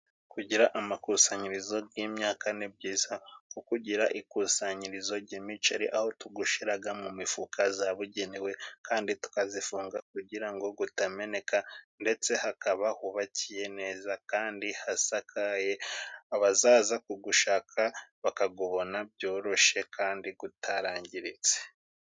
Kugira amakusanyirizo g'imyaka ni byiza nko kugira ikusanyirizo ry'imiceri ,aho tugushiraga mu mifuka zabugenewe kandi tukazifunga kugira ngo gutameneka, ndetse hakaba hubakiye neza kandi hasakaye, abazaza kugushaka bakagubona byoroshe kandi gutarangiritse.